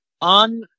on